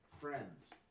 Friends